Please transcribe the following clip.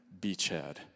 beachhead